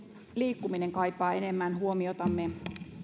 liikkuminen kaipaa enemmän huomiotamme